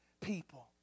people